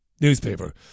newspaper